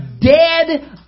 dead